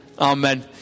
Amen